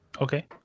Okay